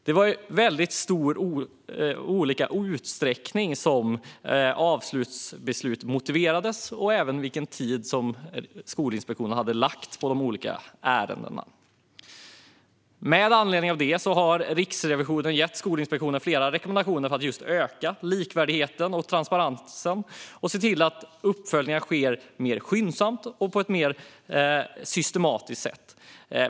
Det var mycket olika i vilken utsträckning som avslutsbeslut motiverades och även vilken tid som Skolinspektionen hade lagt på de olika ärendena. Med anledning av detta har Riksrevisionen gett Skolinspektionen flera rekommendationer för att öka likvärdigheten och transparensen samt se till att uppföljningar sker mer skyndsamt och på ett mer systematiskt sätt.